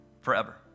forever